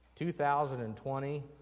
2020